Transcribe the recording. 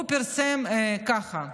לא,